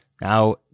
now